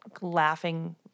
laughing